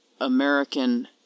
American